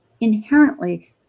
inherently